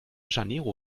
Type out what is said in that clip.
janeiro